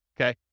okay